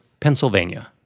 Pennsylvania